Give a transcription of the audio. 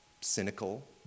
cynical